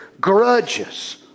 grudges